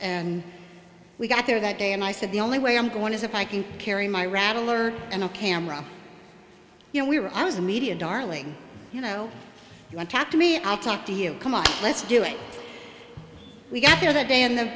and we got there that day and i said the only way i'm going is if i can carry my rattler and a camera you know we were i was a media darling you know you don't talk to me i'll talk to you come on let's do it we got here that day in the